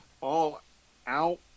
all-out